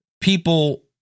people